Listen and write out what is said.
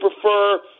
prefer